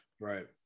Right